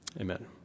Amen